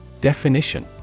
Definition